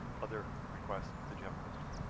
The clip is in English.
other requests did you have a question?